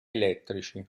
elettrici